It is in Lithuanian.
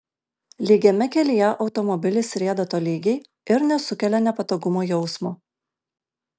lygiame kelyje automobilis rieda tolygiai ir nesukelia nepatogumo jausmo